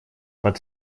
под